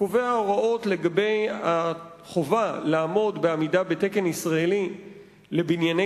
קובע הוראות לגבי החובה לעמוד בתקן ישראלי לבנייני